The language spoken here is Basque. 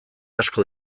asko